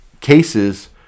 cases